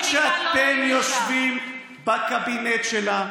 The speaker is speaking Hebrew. גם כשאתם יושבים בקבינט שלה.